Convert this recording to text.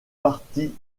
parti